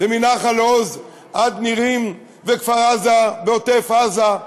ומנחל-עוז עד נירים וכפר-עזה בעוטף-עזה,